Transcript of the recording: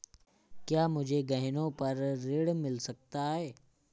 क्या मुझे गहनों पर ऋण मिल सकता है?